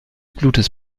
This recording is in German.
blutes